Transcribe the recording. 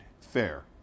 Fair